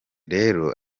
rero